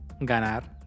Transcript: Ganar